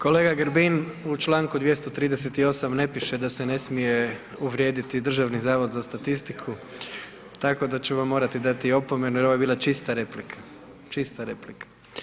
Kolega Grbin, u čl. 238. ne piše da se ne smije uvrijediti Državni zavod za statistiku, tako da ću vam morati dati opomenu, jer ovo je bila čista replika, čista replika.